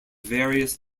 various